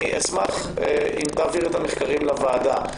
אשמח אם תעביר את המחקרים לוועדה.